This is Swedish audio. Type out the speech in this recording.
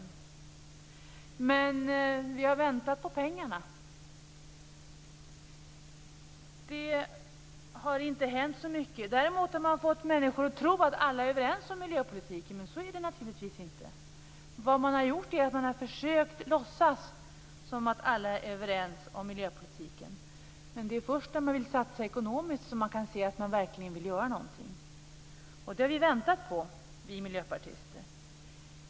Däremot har vi fått vänta på pengarna. Det har inte hänt särskilt mycket. Dock har man fått människor att tro att alla är överens om miljöpolitiken. Så är det naturligtvis inte. Vad man har gjort är att man har låtsats som att alla är överens om miljöpolitiken. Men det är först när viljan finns att satsa ekonomiskt som man kan se att viljan finns att verkligen göra någonting. Det har vi miljöpartister väntat på.